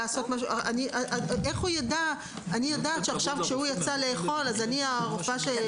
אני יודעת שעכשיו כשהוא יצא לאכול אני הרופאה שצריכה